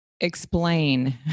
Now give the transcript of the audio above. explain